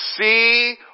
See